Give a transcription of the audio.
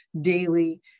daily